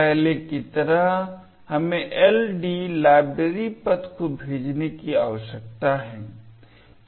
पहले की तरह हमें LD लाइब्रेरी पथ को भेजने की आवश्यकता है